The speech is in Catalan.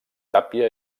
tàpia